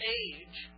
age